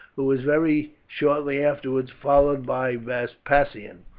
who was very shortly afterwards followed by vespasian,